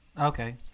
Okay